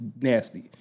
nasty